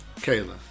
Kayla